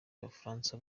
bafaransa